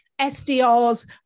SDRs